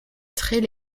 traits